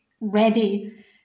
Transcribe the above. ready